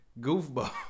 Goofball